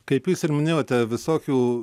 kaip jūs ir minėjote visokių